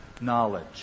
knowledge